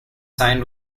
signed